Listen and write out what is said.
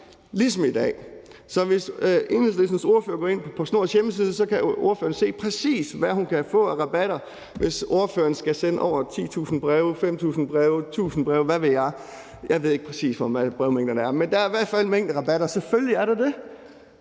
ligesom i dag. Så hvis Enhedslistens ordfører går ind på PostNords hjemmeside, kan ordføreren se præcis, hvad hun kan få af rabatter, hvis ordføreren skal sende over 10.000, 5.000 eller 1.000 breve, eller hvad ved jeg; jeg ved ikke præcis, hvad rabatten er for hvilke brevmængder, men der er i hvert fald mængderabat, og selvfølgelig er der det.